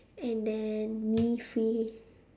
and then me free